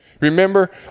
Remember